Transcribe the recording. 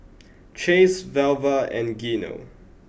Chase Velva and Gino